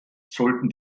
sollten